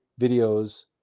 videos